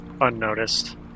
unnoticed